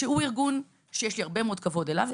שהוא ארגון שיש לי הרבה מאוד כבוד אליו,